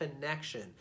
connection